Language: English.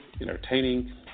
entertaining